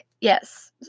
yes